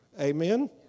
Amen